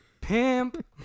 pimp